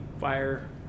fire